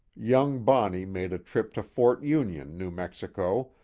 young bonney made a trip to fort union, new mexico,